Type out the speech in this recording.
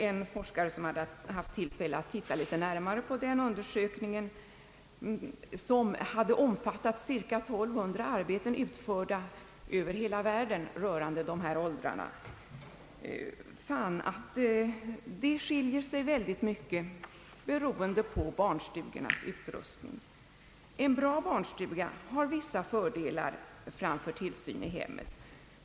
En forskare som haft tillfälle att litet närmare studera denna undersökning, som omfattat cirka 1200 arbeten utförda över hela världen rörande dessa åldrar, fann att det förelåg stora skillnader beroende på barnstugornas utrustning. En bra barnstuga har vissa fördelar framför tillsyn i hemmen.